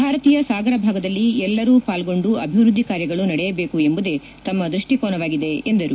ಭಾರತೀಯ ಸಾಗರ ಭಾಗದಲ್ಲಿ ಎಲ್ಲರೂ ಪಾಲ್ಗೊಂಡ ಅಭಿವೃದ್ಧಿ ಕಾರ್ಯಗಳು ನಡೆಯಬೇಕು ಎಂಬುದೇ ತಮ್ಮ ದೃಷ್ಟಿಕೋನವಾಗಿದೆ ಎಂದರು